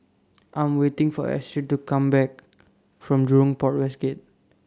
I Am waiting For Astrid to Come Back from Jurong Port West Gate